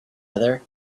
other